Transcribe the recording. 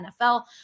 nfl